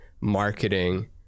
marketing